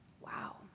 Wow